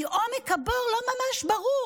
כי עומק הבור לא ממש ברור.